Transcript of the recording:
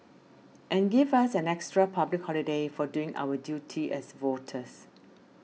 and give us an extra public holiday for doing our duty as voters